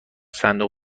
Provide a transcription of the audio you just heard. صندوق